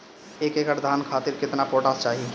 एक एकड़ धान खातिर केतना पोटाश चाही?